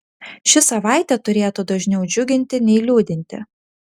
ši savaitė turėtų dažniau džiuginti nei liūdinti